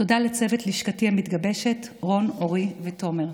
תודה לצוות לשכתי המתגבש, רון, אורי ותומר.